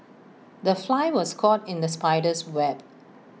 the fly was caught in the spider's web